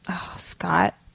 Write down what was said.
Scott